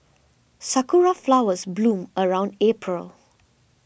sakura flowers bloom around April